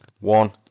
One